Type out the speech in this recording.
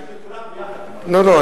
לא, לא.